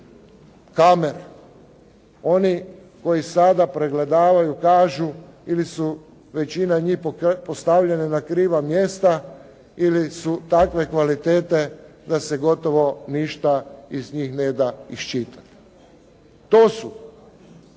kamere. Oni koji sada pregledavaju kažu ili su većina njih postavljene na kriva mjesta ili su takve kvalitete da se gotovo ništa iz njih ne da iščitati. To su